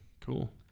Cool